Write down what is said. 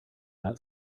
got